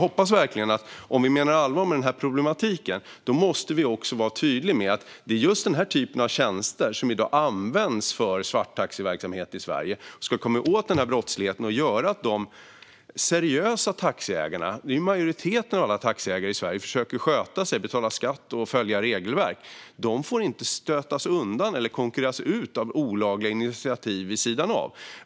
Om vi menar allvar med att lösa den här problematiken måste vi också vara tydliga med att det är just den här typen av tjänster som i dag används för svarttaxiverksamhet i Sverige. Ska vi komma åt den brottsligheten måste vi se till att de seriösa taxiägarna - som ju är majoriteten av alla taxiägare i Sverige och som försöker sköta sig, betala skatt och följa regelverk - inte stöts undan eller konkurreras ut av olagliga initiativ vid sidan av.